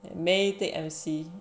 may take M_C